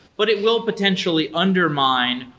but it will potentially undermine,